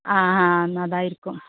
ആ ആ എന്നാൽ അതായിരിക്കും